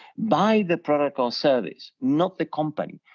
by the product or service not the company,